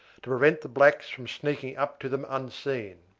to prevent the blacks from sneaking up to them unseen.